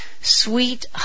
sweet